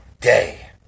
Day